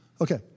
Okay